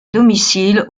domicile